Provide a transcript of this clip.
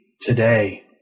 today